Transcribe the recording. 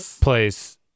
place